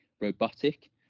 robotic